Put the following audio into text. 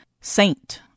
saint